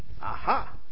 Aha